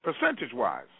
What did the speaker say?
percentage-wise